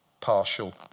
partial